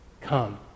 come